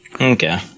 Okay